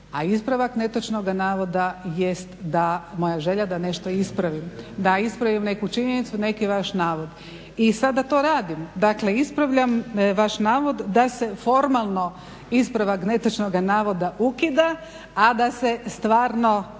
a ispravak netočnog navoda jest moja želja da nešto ispravim, da ispravim neku činjenicu, neki vaš navod. I sada to radim, dakle ispravljam vaš navod da se formalno ispravak netočnoga navoda ukida, a da se stvarno